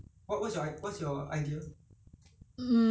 嗯如果你要吃扣肉的话